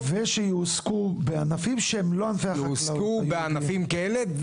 ויועסקו בענפים כאלה.